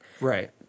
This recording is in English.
Right